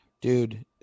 dude